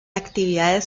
actividades